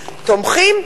תומכים,